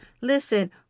Listen